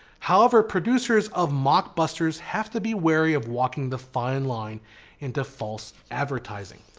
however, producers of mockbusters have to be weary of walking the fine line into false advertising.